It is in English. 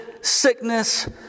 sickness